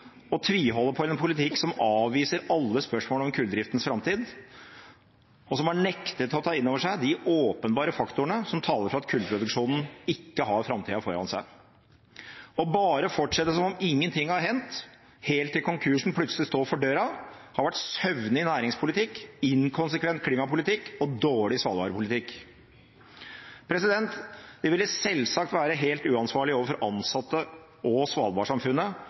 å tviholde på en politikk som avviser alle spørsmål om kulldriftens framtid, og som har nektet å ta inn over seg de åpenbare faktorene som taler for at kullproduksjonen ikke har framtida for seg. Å bare fortsette som om ingenting har hendt, helt til konkursen plutselig står for døra, har vært søvnig næringspolitikk, inkonsekvent klimapolitikk og dårlig svalbardpolitikk. Det ville selvsagt være helt uansvarlig overfor ansatte og svalbardsamfunnet